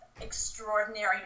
extraordinary